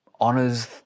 honors